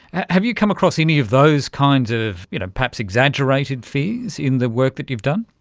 have you come across any of those kinds of you know perhaps exaggerated fears in the work that you've done?